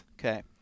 Okay